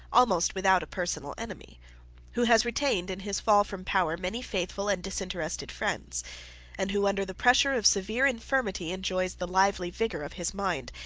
almost without a personal enemy who has retained, in his fall from power, many faithful and disinterested friends and who, under the pressure of severe infirmity, enjoys the lively vigor of his mind,